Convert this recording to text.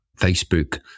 Facebook